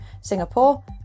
Singapore